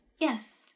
Yes